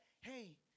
hey